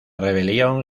rebelión